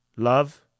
Love